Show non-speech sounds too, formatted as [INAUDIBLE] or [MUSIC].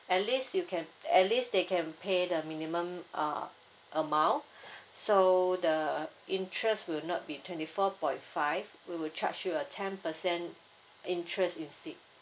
at least you can at least they can pay the minimum uh amount [BREATH] so the interest will not be twenty four point five we will charge you a ten percent interest instead